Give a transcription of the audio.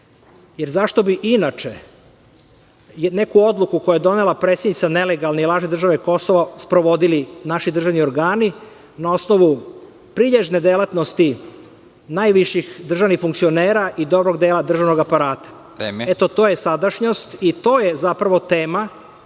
jer zašto bi inače neku odluku, koju je donela predsednica nelegalne i lažne države Kosovo, sprovodili naši državni organi na osnovu prilježne delatnosti najviših državnih funkcionera i dobrog dela državnog aparata. To je sadašnjost i to je zapravo tema